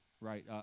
right